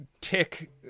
tick